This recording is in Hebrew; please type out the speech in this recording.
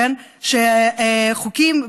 שחוקים,